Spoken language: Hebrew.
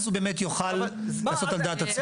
אז הוא באמת יוכל לעשות על דעת עצמו.